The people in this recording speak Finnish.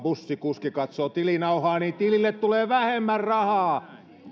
bussikuski katsoo tilinauhaa niin tilille tulee vähemmän rahaa